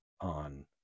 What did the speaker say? on